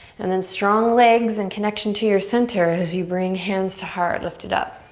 and then strong legs and connection to your center as you bring hands to heart, lift it up.